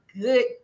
good